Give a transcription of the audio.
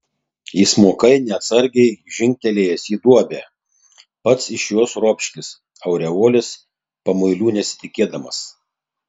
įsmukai neatsargiai žengtelėjęs į duobę pats iš jos ropškis aureolės pamuilių nesitikėdamas